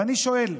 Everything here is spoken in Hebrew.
ואני שואל: